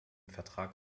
vertrag